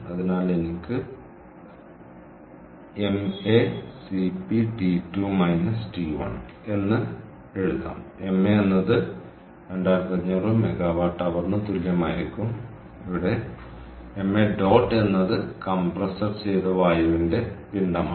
അതിനാൽ എനിക്ക് എന്ന് എഴുതാം ma എന്നത് 2500 MWH ന് തുല്യമായിരിക്കും ഇവിടെ എന്നത് കംപ്രസ് ചെയ്ത വായുവിന്റെ പിണ്ഡമാണ്